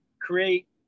create